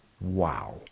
Wow